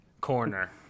corner